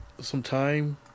sometime